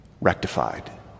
rectified